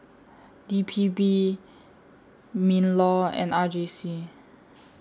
D P B MINLAW and R J C